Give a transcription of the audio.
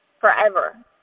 forever